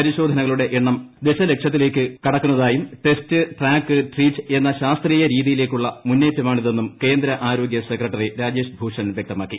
പരിശോധനകളുടെ എണ്ണം ദശ്ലക്ഷത്തിലേക്ക് കടക്കുന്നതായും ടെസ്റ്റ് ട്രാക്ക് ട്രീറ്റ് എന്ന ശാസ്ത്രീയ രീതിയിലേക്കുള്ള മുന്നേറ്റമാണിതെന്നും കേന്ദ്ര ആരോഗ്യ സെക്രട്ടറി രാജേഷ് ഇന്നലെ ഭൂഷൺ വ്യക്തമാക്കി